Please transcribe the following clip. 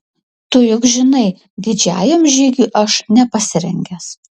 tu juk žinai didžiajam žygiui aš nepasirengęs